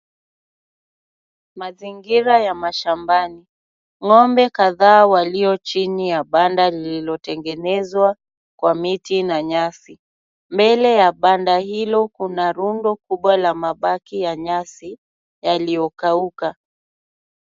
Mazingira ya mashambani. Ng'ombe kadhaa walio chini ya banda lililotengenezwa kwa miti na nyasi. Mbele ya banda hilo kuna rundo kubwa la mabaki ya nyasi, yaliyokauka.